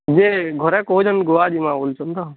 ଯେ ଘରେ କହୁଛନ୍ ଗୋଆ ଯିବା ବୋଲୁଛନ୍ ତ